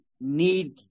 need